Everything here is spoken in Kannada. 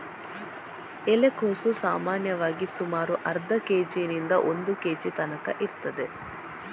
ಎಲೆಕೋಸು ಸಾಮಾನ್ಯವಾಗಿ ಸುಮಾರು ಅರ್ಧ ಕೇಜಿನಿಂದ ಒಂದು ಕೇಜಿ ತನ್ಕ ಇರ್ತದೆ